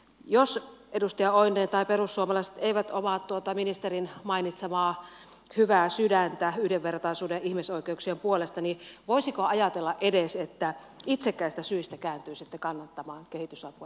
jos edustaja oinonen tai perussuomalaiset eivät omaa tuota ministerin mainitsemaa hyvää sydäntä yhdenvertaisuuden ja ihmisoikeuksien puolesta niin voisiko ajatella edes että itsekkäistä syistä kääntyisitte kannattamaan kehitysapua ja ihmisten hyvinvointia